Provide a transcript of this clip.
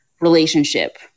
relationship